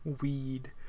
weed